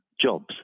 jobs